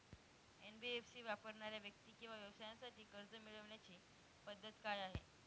NBFC वापरणाऱ्या व्यक्ती किंवा व्यवसायांसाठी कर्ज मिळविण्याची पद्धत काय आहे?